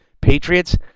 Patriots